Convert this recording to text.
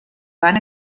van